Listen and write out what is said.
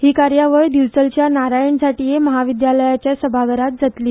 ही कार्यावळ दिवचलच्या नारायण झांटये म्हाविद्यालयाच्या सभाघरांत जातली